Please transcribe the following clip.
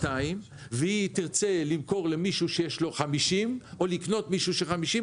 והיא תרצה למכור למישהו שיש לו 50 או לקנות מישהו של 50,